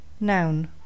Noun